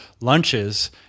lunches